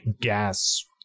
gas